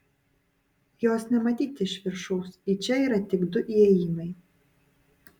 jos nematyti iš viršaus į čia yra tik du įėjimai